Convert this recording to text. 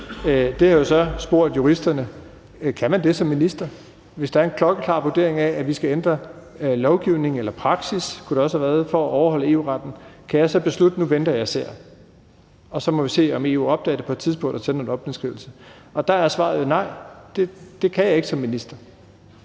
Der har jeg så spurgt juristerne: Kan man det som minister? Hvis der er en klokkeklar vurdering af, at vi skal ændre lovgivningen – eller praksis, kunne det også være – for at overholde EU-retten, kan jeg så beslutte at vente og se, om EU opdager det på et tidspunkt og sender en åbningsskrivelse? Der er svaret jo nej. Det kan jeg ikke som minister.